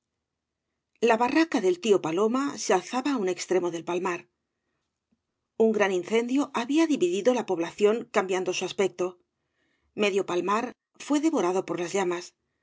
la barraca del tío paloma ee alzaba á ua extremo del palmar un gran incendio había dividido la población cambiando su aspecto medio palmar fué devorado por las llamas